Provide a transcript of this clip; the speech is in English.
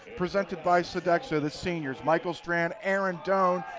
presented by sodexo, the seniors, michael strand, aaron doan,